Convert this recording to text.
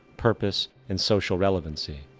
purpose and social relevancy.